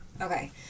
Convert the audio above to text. Okay